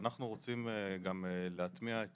אנחנו רוצים גם להטמיע את